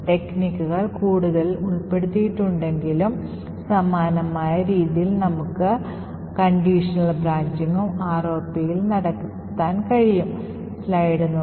ടെക്നിക്കുകൾ കൂടുതൽ ഉൾപ്പെട്ടിട്ടുണ്ടെങ്കിലും സമാനമായ രീതിയിൽ നമുക്ക്സോപാധികമായ ബ്രാഞ്ചിംഗും ROP ൽ നടപ്പിലാക്കാൻ കഴിയും